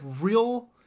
real